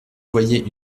voyait